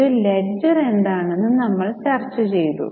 ഒരു ലെഡ്ജർ എന്താണെന്ന് നമ്മൾ ചർച്ച ചെയ്തു